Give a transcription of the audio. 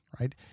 right